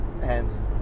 hence